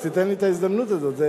אז תיתן לי את ההזדמנות הזאת.